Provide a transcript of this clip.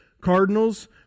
cardinals